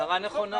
הערה נכונה.